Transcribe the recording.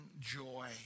joy